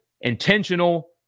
intentional